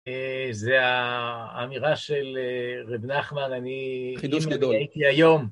זו האמירה של רב נחמד, אני... חידוש גדול.